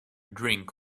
drink